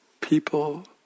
people